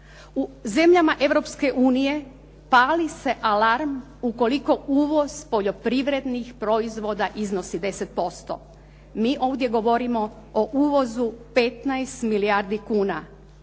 unije pali se alarm ukoliko uvoz poljoprivrednih proizvoda iznosi 10%. Mi ovdje govorimo o uvozu 15 milijardi kuna,